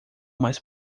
mais